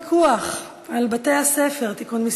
הצעת חוק פיקוח על בתי-ספר (תיקון מס'